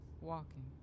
Walking